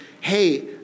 hey